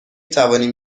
توانیم